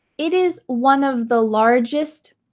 it is one of the largest.